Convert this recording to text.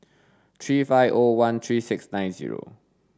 three five O one three six nine zero